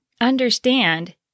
Understand